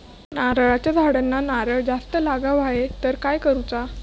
नारळाच्या झाडांना नारळ जास्त लागा व्हाये तर काय करूचा?